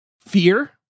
Fear